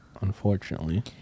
unfortunately